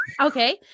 okay